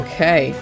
Okay